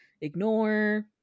ignore